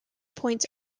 points